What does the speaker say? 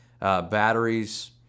Batteries